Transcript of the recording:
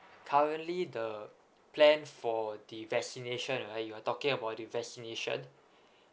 currently the plan for the vaccination right you're talking about the vaccination